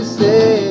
say